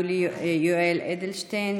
יולי יואל אדלשטיין,